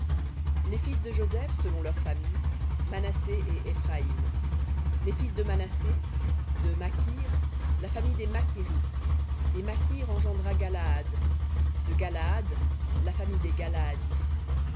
les fils de joseph selon leurs familles manassé et éphraïm les fils de manassé de makir la famille des makirites et makir engendra galaad de galaad la famille des galaadites